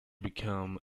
become